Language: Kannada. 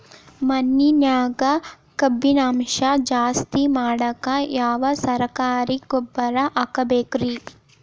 ಮಣ್ಣಿನ್ಯಾಗ ಕಬ್ಬಿಣಾಂಶ ಜಾಸ್ತಿ ಮಾಡಾಕ ಯಾವ ಸರಕಾರಿ ಗೊಬ್ಬರ ಹಾಕಬೇಕು ರಿ?